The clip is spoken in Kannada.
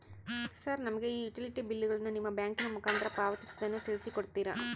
ಸರ್ ನಮಗೆ ಈ ಯುಟಿಲಿಟಿ ಬಿಲ್ಲುಗಳನ್ನು ನಿಮ್ಮ ಬ್ಯಾಂಕಿನ ಮುಖಾಂತರ ಪಾವತಿಸುವುದನ್ನು ತಿಳಿಸಿ ಕೊಡ್ತೇರಾ?